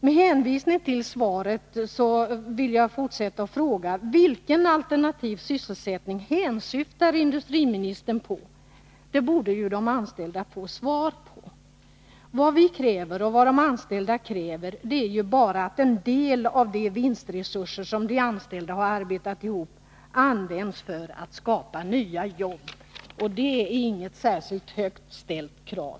Med hänvisning till svaret vill jag fråga: Vilken alternativ sysselsättning syftar industriministern på? Den frågan borde de anställda få svar på. Vad vi och de anställda kräver är bara att en del av de vinstresurser som de anställda har arbetat ihop används för att skapa nya jobb. Det är inte ett särskilt högt ställt krav.